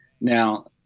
Now